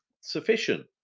sufficient